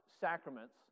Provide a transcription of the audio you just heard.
sacraments